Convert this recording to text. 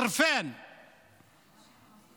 (חוזר על המילה בערבית)